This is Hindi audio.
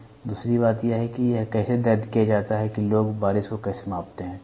दूसरी बात यह है कि यह कैसे दर्ज किया जाता है कि लोग बारिश को कैसे मापते हैं ठीक है